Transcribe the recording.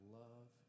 love